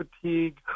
fatigue